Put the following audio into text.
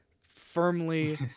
firmly